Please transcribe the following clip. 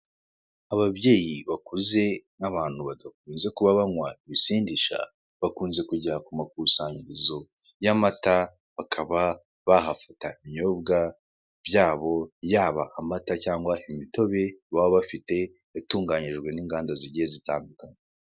Ababyeyi bakuze n'abantu badakunze kuba banywa ibisindisha bakunze kujya ku makusanyirizo y'amata bakaba bahafata ibinyobwa byabo, yaba amata cyangwa imitobe baba bafite yatunganyijwe n'inganda zigiye zitandukanye.